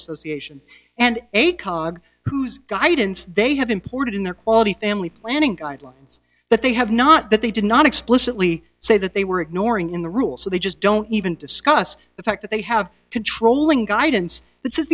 association and a colleague whose guidance they have imported in their quality family planning guidelines that they have not that they did not explicitly say that they were ignoring in the rules so they just don't even discuss the fact that they have controlling guidance